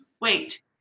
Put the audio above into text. wait